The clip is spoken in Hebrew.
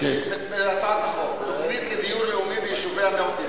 את הצעת החוק: תוכנית לדיור לאומי ביישובי המיעוטים,